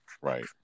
Right